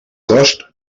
cost